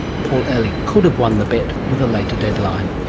paul ehrlich could have one the bet with a late deadline.